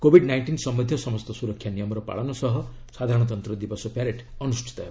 Covid nineteen ସମ୍ୟନ୍ଧୀୟ ସମସ୍ତ ସୁରକ୍ଷା ନିୟମର ପାଳନ ସହ ସାଧାରଣତନ୍ତ୍ର ଦିବସ ପ୍ୟାରେଡ୍ ଅନୁଷ୍ଠିତ ହେବ